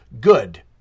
good